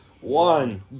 one